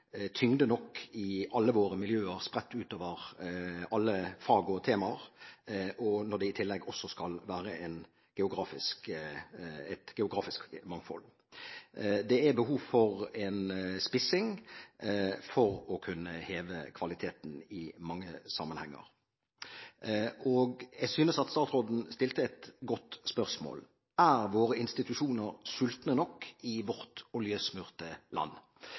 tyngde nok i alle våre miljøer, spredt over alle fag og temaer når det i tillegg også skal være et geografisk mangfold. Det er behov for en spissing for å heve kvaliteten i mange sammenhenger. Jeg synes at statsråden stilte et godt spørsmål: Er våre institusjoner sultne nok i vårt oljesmurte land?